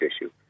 issue